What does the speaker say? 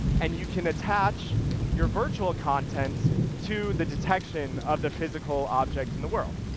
and you can attach your virtual contents to the detection of the physical object in the world.